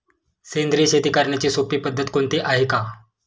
सेंद्रिय शेती करण्याची सोपी पद्धत कोणती आहे का?